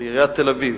בעיריית תל-אביב,